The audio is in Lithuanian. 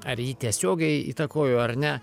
ar ji tiesiogiai įtakojo ar ne